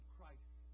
Christ